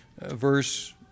verse